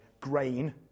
grain